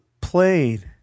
plane